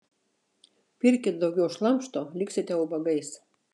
pirkit daugiau šlamšto liksite ubagais